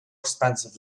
expensive